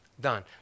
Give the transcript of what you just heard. done